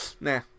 nah